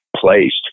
Placed